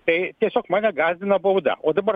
tai tiesiog mane gąsdina bauda o dabar